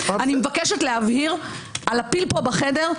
אני מבקשת להבהיר על הפיל פה בחדר,